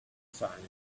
silence